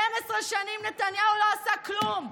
12 שנים נתניהו לא עשה כלום.